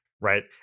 Right